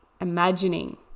imagining